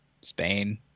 Spain